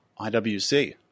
IWC